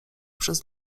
przez